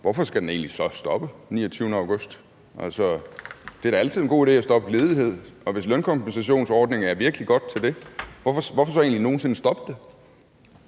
hvorfor skal den så egentlig stoppe den 29. august? Det er da altid en god idé at stoppe ledigheden, og hvis lønkompensationsordningen er virkelig god til det, hvorfor så egentlig nogen sinde stoppe med